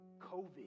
COVID